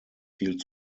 viel